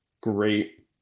great